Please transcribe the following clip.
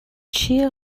چیه